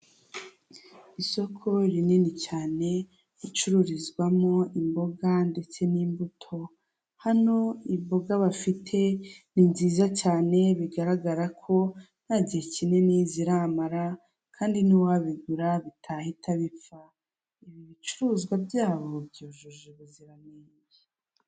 Isoko rinini cyane ricururizwamo imboga ndetse n'imbuto, hano imboga bafite ni nziza cyane bigaragara ko nta gihe kinini ziramara kandi n'uwabigura bitahita bipfa, ibi bicuruzwa byabo byujuje ubuziranenge.